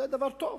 לדבר טוב.